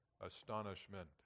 astonishment